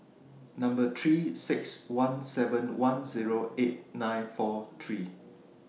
Number three six one seven one Zero eight nine four three